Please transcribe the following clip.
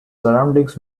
surroundings